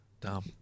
dumb